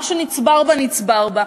מה שנצבר בה נצבר בה,